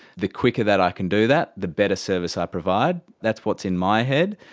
the quicker that i can do that, the better service i provide. that's what's in my head.